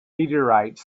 meteorites